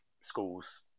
schools